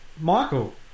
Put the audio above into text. Michael